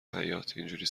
حیاطاینجوری